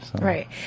Right